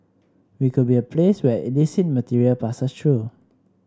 we could be a place where illicit material passes through